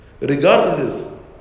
regardless